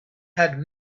had